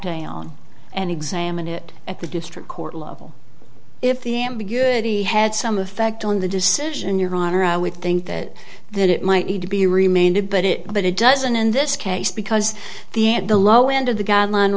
on and examine it at the district court level if the ambiguity had some effect on the decision your honor i would think that that it might need to be reminded but it but it doesn't in this case because the at the low end of the guideline